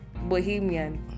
Bohemian